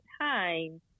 time